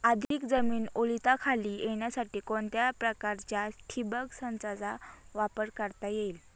अधिक जमीन ओलिताखाली येण्यासाठी कोणत्या प्रकारच्या ठिबक संचाचा वापर करता येईल?